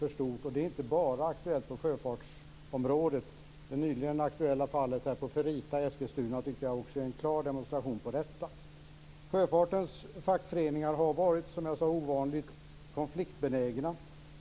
Det gäller inte bara på sjöfartsområdet. Det nyligen aktuella fallet på Ferrita i Eskilstuna är en klar demonstration på detta. Fackföreningarna inom sjöfarten har varit ovanligt konfliktbenägna.